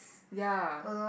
ya